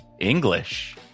English